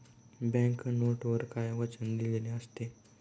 Bank नोटवर काय वचन दिलेले असते?